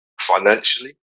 financially